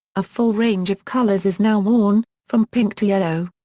a full range of colours is now worn, from pink to yellow.